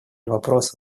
вопрос